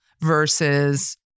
versus